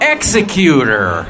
Executor